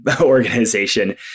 organization